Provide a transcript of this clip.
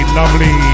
lovely